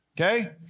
Okay